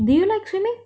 do you like swimming